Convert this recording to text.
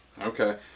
Okay